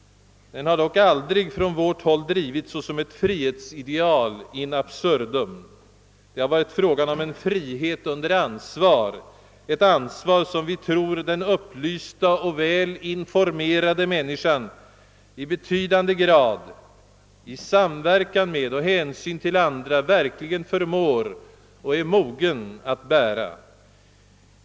Den har dock aldrig från vårt håll drivits som ett frihetsideal in absurdum. Det har varit fråga om en frihet under ansvar, ett ansvar som vi tror att den upplysta och väl informerade människan i betydande grad — i samverkan med och under hänsyn till andra — verkligen förmår och är mogen att bära.